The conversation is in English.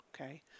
okay